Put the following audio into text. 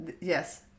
Yes